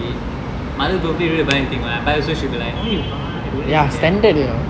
mother birthday no need to buy anything [one] I buy she also will be like why you buy doing this and that